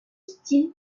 style